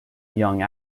young